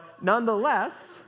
nonetheless